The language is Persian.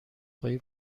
خواهی